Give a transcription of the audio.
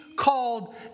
called